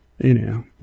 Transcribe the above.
anyhow